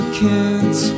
kids